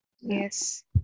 yes